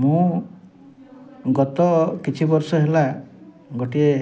ମୁଁ ଗତ କିଛି ବର୍ଷ ହେଲା ଗୋଟିଏ